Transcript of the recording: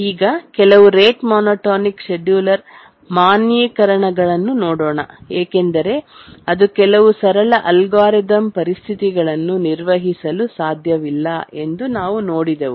ಈಗ ಕೆಲವು rate monotonic scheduler ಮಾನ್ಯೀಕರಣಗಳನ್ನು ನೋಡೋಣ ಏಕೆಂದರೆ ಅದು ಕೆಲವು ಸರಳ ಅಲ್ಗಾರಿದಮ್ ಪರಿಸ್ಥಿತಿಗಳನ್ನು ನಿರ್ವಹಿಸಲು ಸಾಧ್ಯವಿಲ್ಲ ಎಂದು ನಾವು ನೋಡಿದೆವು